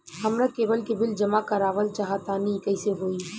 हमरा केबल के बिल जमा करावल चहा तनि कइसे होई?